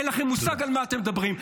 אין לכם מושג על מה אתם מדברים,